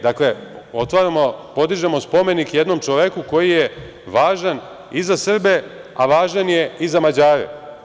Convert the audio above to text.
Dakle, podižemo spomenik jednom čoveku koji je važan i za Srbije, a važan je i za Mađare.